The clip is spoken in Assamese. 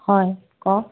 হয় কওক